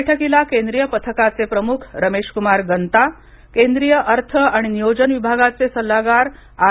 बैठकीला केंद्रीय पथकाचे प्रमुख रमेशकुमार गंता केंद्रीय अर्थ आणि नियोजन विभागाचे सल्लागार आर